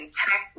tech